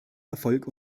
erfolg